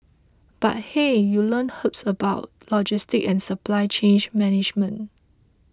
but hey you learn about logistics and supply chain management